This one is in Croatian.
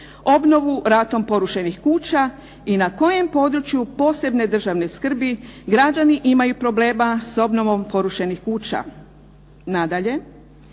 obnovu ratom porušenih kuća i na kojem području posebne državne skrbi građani imaju problema s obnovom porušenih kuća. Nadalje,